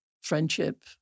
friendship